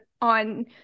on